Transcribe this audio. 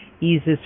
eases